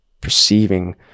perceiving